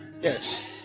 Yes